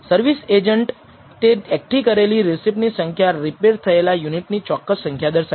service એજન્ટે એકઠી કરેલી રીસીપ્ટ ની સંખ્યા રિપેર થયેલા યુનિટ ની ચોક્કસ સંખ્યા દર્શાવશે